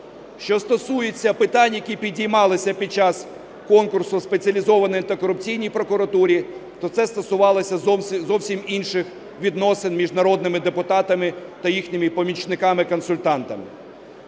Що стосується питань, які підіймалися під час конкурсу в Спеціалізованій антикорупційній прокуратурі, то це стосувалося зовсім інших відносин між народними депутатами та їхніми помічниками-консультантами.